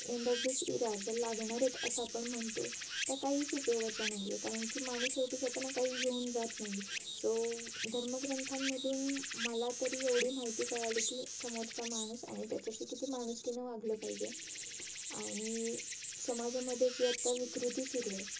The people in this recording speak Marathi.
एंड ऑफ दीस इरा ज्या लागणारे असं आपण म्हणतो त्या काहीच उपयोगाच्या नाही आहे कारणकी माणूस शेवटी जाताना काही घेऊन जात नाही सो धर्मग्रंथांमधून मला तरी एवढी माहिती कळाली की समोरचा माणूस आणि त्याच्याशी किती माणूसकीनं वागलं पाहिजे आणि समाजामध्ये जी आत्ता विकृती सुरू आहे